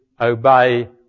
obey